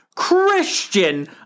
Christian